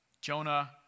Jonah